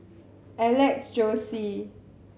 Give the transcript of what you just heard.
Alex Josey